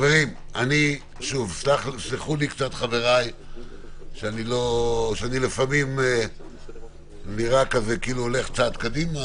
יסלחו לי חבריי שאני לפעמים נראה כאילו הולך צעד קדימה,